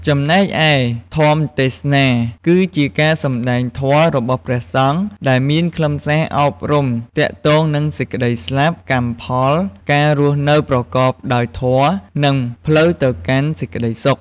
ចំណែកឯ ធម្មទេសនា គឺជាការសំដែងធម៌របស់ព្រះសង្ឃ ដែលមានខ្លឹមសារអប់រំទាក់ទងនឹងសេចក្តីស្លាប់ កម្មផល ការរស់នៅប្រកបដោយធម៌ និងផ្លូវទៅកាន់សេចក្តីសុខ។